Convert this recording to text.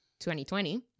2020